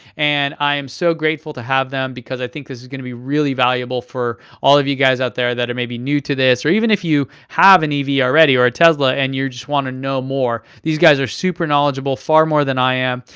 and i am so grateful to have them, because i think this is gonna be really valuable for all of you guys out there that are maybe new to this. or even if you have an ev yeah already or a tesla and you just wanna know more. these guys are super knowledgeable, far more than i am,